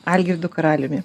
algirdu karaliumi